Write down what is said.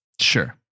Sure